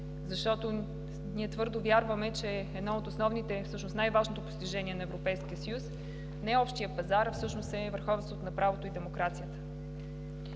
защото ние твърдо вярваме, че едно от основните, всъщност най-важното постижение на Европейския съюз не е общият пазар, а върховенството на правото и демокрацията.